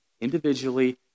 individually